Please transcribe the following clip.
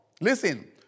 Listen